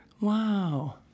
Wow